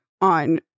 on